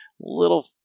little